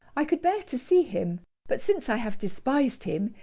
i could bear to see him but since i have despised him,